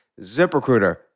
ZipRecruiter